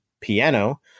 piano